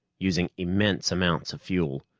using immense amounts of fuel.